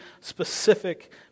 specific